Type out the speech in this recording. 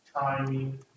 Timing